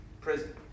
prison